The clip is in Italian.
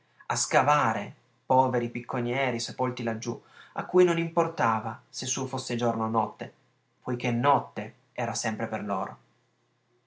a scavare poveri picconieri sepolti laggiù a cui non importava se su fosse giorno o notte poiché notte era sempre per loro